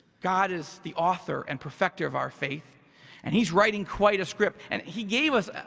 god is the author and perfecter of our faith and he's writing quite a script, and he gave us